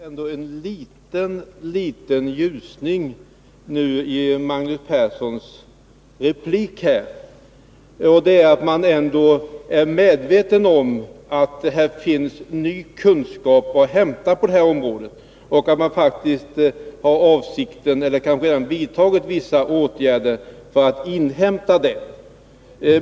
Herr talman! Jag ser ändå en liten ljusning nu i Magnus Perssons replik. Det gäller att man ändå är medveten om att det finns ny kunskap att hämta på det här området och att man faktiskt har avsikten att inhämta den — och kanske redan vidtagit vissa åtgärder för att göra det.